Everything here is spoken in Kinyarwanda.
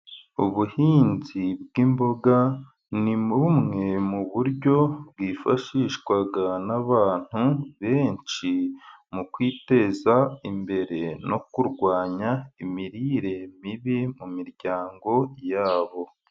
Ubuhinzi bw'imboga ni bumwe mu buryo bwifashishwa n'abantu benshi mu kwiteza imbere no kurwanya imirire mibi mu miryango yabo.